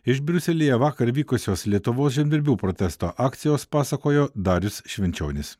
iš briuselyje vakar vykusios lietuvos žemdirbių protesto akcijos pasakojo darius švenčionis